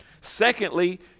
Secondly